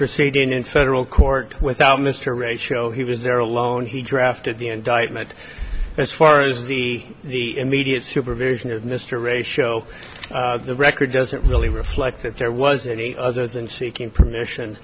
proceeding in federal court without mr ray show he was there alone he drafted the indictment as far as the the immediate supervision of mr ray show the record doesn't really reflect that there was any other than seeking permission